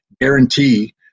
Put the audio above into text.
guarantee